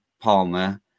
Palmer